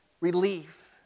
relief